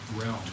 realm